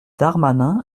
darmanin